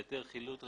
על העדר חילוט רכבים,